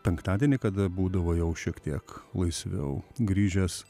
penktadienį kada būdavo jau šiek tiek laisviau grįžęs